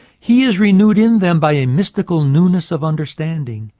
he is renewed in them by a mystical newness of understanding.